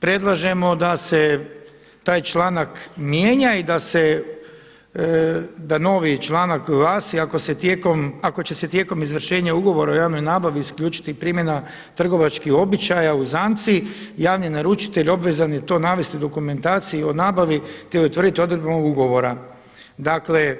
Predlažemo da se taj članak mijenja i da se, da novi članak glasi: „Ako će se tijekom izvršenja ugovora o javnoj nabavi isključiti i primjena trgovačkih običaja, uzanci javni naručitelj obvezan je to navesti u dokumentaciji o nabavi te utvrditi odredbom ovog ugovora dakle